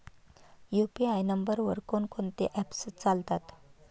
UPI नंबरवर कोण कोणते ऍप्स चालतात?